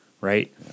right